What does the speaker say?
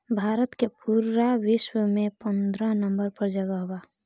भारत के पूरा विश्व में पन्द्रह नंबर पर जगह बा